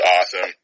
awesome